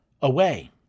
away